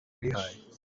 rwihaye